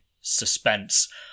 suspense